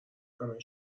همه